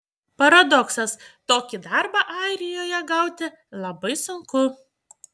paradoksas tokį darbą airijoje gauti labai sunku